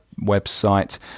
website